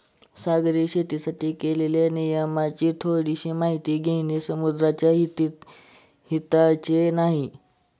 सागरी शेतीसाठी केलेल्या नियमांची थोडीशी माहिती घेणे समुद्राच्या हिताचे नाही